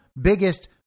biggest